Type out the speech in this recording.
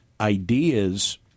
ideas